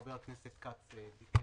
שחבר הכנסת כץ ביקש.